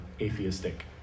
atheistic